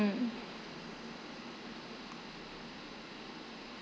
mm